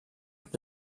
gibt